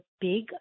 big